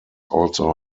also